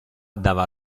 dava